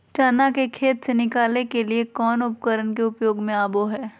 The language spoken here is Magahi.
चना के खेत से निकाले के लिए कौन उपकरण के प्रयोग में आबो है?